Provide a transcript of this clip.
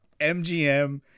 mgm